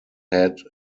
had